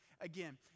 again